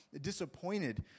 disappointed